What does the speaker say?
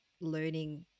learning